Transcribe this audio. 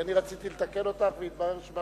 כי אני רציתי לתקן אותך והתברר שמה